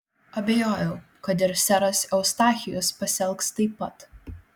abejojau kad ir seras eustachijus pasielgs taip pat